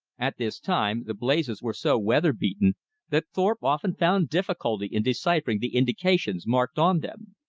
at this time the blazes were so weather-beaten that thorpe often found difficulty in deciphering the indications marked on them.